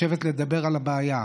לשבת לדבר על הבעיה?